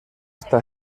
esta